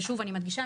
ושוב אני מדגישה,